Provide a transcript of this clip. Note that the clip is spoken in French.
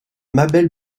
mabel